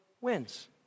wins